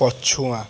ପଛୁଆ